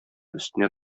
өстенә